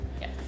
Yes